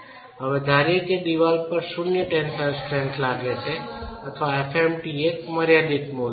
હવે ધારીએ કે દીવાલ પર શૂન્ય ટેન્સાઈલ સ્ટ્રેન્થ લાગે છે અથવા f mt એક મર્યાદિત મૂલ્ય છે